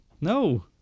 No